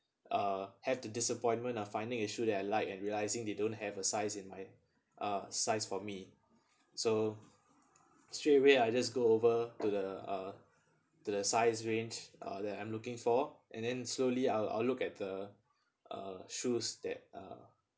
uh have to disappointment of finding a shoe that I like and realising they don't have a size in my uh size for me so straight away I just go over to the uh to the size range uh that I'm looking for and then slowly I'll I'll look at the uh shoes that uh